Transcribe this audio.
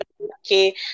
okay